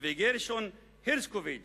וגרשון הרשקוביץ